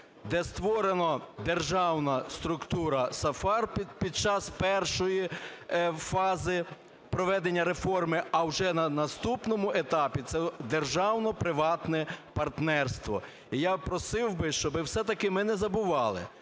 де створена державна структура SAFER під час першої фази проведення реформи, а вже на наступному етапі це державно-приватне партнерство. І я просив би, щоби все-таки ми не забували,